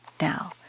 now